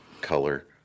color